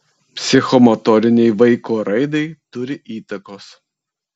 psichomotorinei vaiko raidai turi įtakos